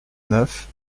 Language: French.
neuf